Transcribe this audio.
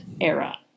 era